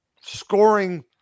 scoring